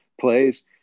plays